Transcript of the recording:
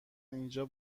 اینجا